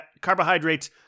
carbohydrates